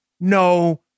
no